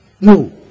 No